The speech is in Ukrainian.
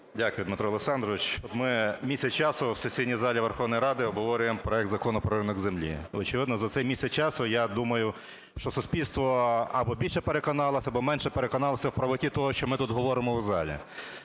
Дякую, Дмитро Олександрович. Ми місяць часу у Верховній Раді обговорюємо проект Закону про ринок землі. Очевидно, за цей місяць часу, я думаю, що суспільство або більше переконалося, або менше переконалося, в правоті того, що ми тут говоримо в залі.